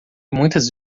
muitas